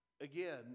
again